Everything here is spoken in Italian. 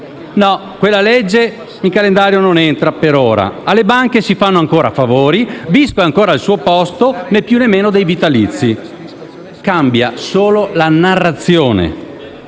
no, quella legge in calendario non entra per ora. Alle banche si fanno ancora favori, Visco è ancora al suo posto, e lo stesso dicasi dei vitalizi. Cambia solo la narrazione